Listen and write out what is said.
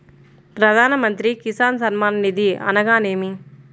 ప్రధాన మంత్రి కిసాన్ సన్మాన్ నిధి అనగా ఏమి?